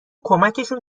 کمکشون